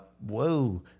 whoa